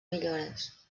millores